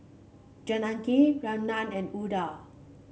Janaki Ramnath and Udai